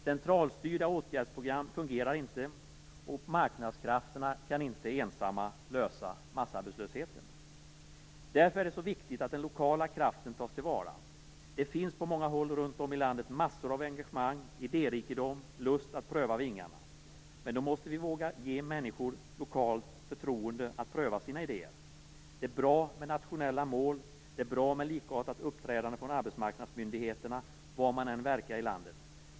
Centralstyrda åtgärdsprogram fungerar inte, och marknadskrafterna kan inte ensamma lösa massarbetslösheten. Därför är det så viktigt att den lokala kraften tas till vara. Det finns på många håll runt om i landet massor av engagemang, idérikedom, lust att pröva vingarna. Men då måste vi våga ge människor lokalt förtroende att pröva sin idéer. Det är bra med nationella mål. Det är bra med likartat uppträdande från arbetsmarknadsmyndigheterna var man än verkar landet.